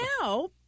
now